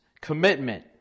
commitment